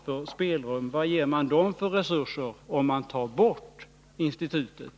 Vilka resurser ger man dem om man tar bort institutet?